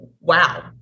wow